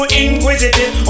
inquisitive